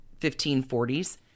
1540s